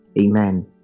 Amen